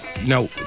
no